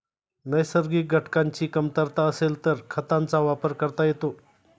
नैसर्गिक घटकांची कमतरता असेल तर खतांचा वापर करता येतो